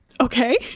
Okay